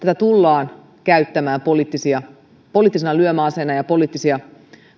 tullaan käyttämään poliittisena lyömäaseena ja poliittisia